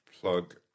Plug